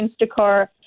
Instacart